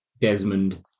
Desmond